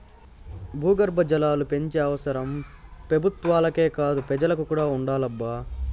భూగర్భ జలాలు పెంచే అవసరం పెబుత్వాలకే కాదు పెజలకి ఉండాలబ్బా